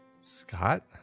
Scott